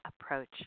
Approach